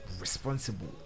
responsible